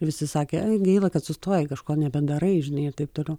visi sakė gaila kad sustojai kažko nebedarai žinai ir taip toliau